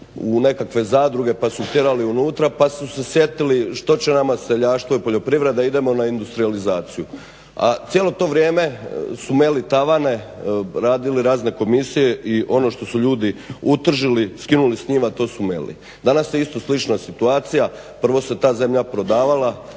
u nekakve zadruge pa su ih tjerali unutra, pa su se sjetili što će nama seljaštvo i poljoprivreda, idemo na industrijalizaciju. A cijelo to vrijeme su meli tavane, radili razne komisije i ono što su ljudi utržili skinuli s njima to su meli. Danas je isto slična situacija, prvo se ta zemlja prodavala,